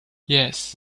yes